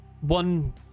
One